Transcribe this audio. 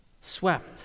swept